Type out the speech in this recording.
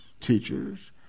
teachers